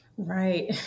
Right